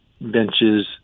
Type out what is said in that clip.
benches